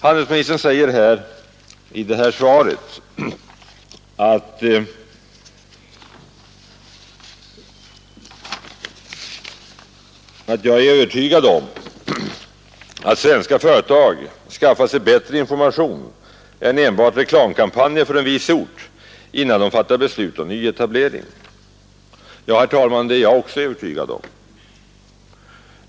Handelsministern säger i svaret: ”Jag är övertygad om att svenska företag skaffar sig bättre information än enbart reklamkanpanjer för en viss ort, innan de fattar beslut om en nyetablering.” Ja, herr talman, det är jag också övertygad om.